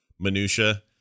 Minutia